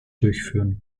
durchführen